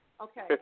Okay